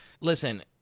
Listen